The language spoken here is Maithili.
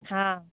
हाँ